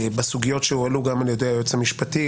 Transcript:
בסוגיות שהועלו גם על ידי היועץ המשפטי,